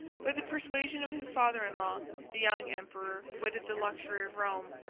by the persuasion of his father-in-law, the young emperor quitted the luxury of rome,